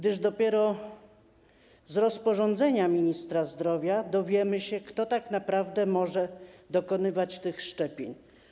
Dopiero z rozporządzenia ministra zdrowia dowiemy się, kto tak naprawdę może dokonywać tych szczepień.